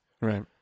Right